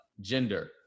gender